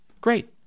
great